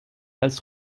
als